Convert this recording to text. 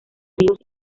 ríos